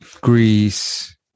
Greece